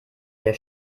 der